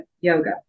yoga